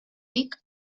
tic